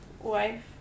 wife